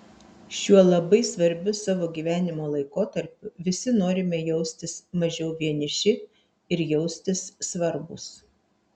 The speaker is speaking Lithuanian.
šiuo labai svarbiu savo gyvenimo laikotarpiu visi norime jaustis mažiau vieniši ir jaustis svarbūs